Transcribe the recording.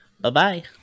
Bye-bye